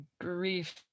grief